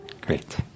Great